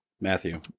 Matthew